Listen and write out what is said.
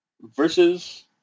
versus